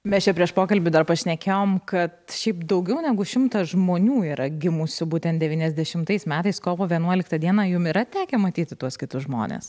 mes čia prieš pokalbį dar pašnekėjom kad šiaip daugiau negu šimtas žmonių yra gimusių būtent devyniasdešimtais metais kovo vienuoliktą dieną jum yra tekę matyti tuos kitus žmones